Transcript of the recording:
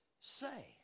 say